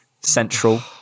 Central